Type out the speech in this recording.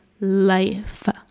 life